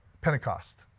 Pentecost